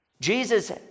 Jesus